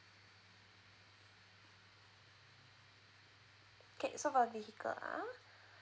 okay so for a vehicle ah